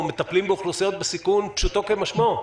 מטפלים באוכלוסיות סיכון פשוטו כמשמעו.